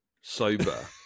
sober